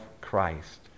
Christ